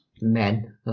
men